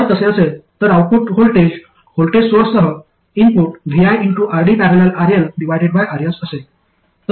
जर तसे असेल तर आउटपुट व्होल्टेज व्होल्टेज सोर्ससह इनपुट viRD।।RLRs असेल